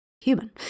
human